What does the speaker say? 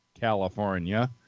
California